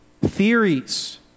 theories